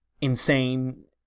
insane